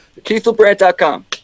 KeithLubrant.com